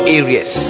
areas